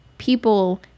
people